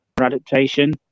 adaptation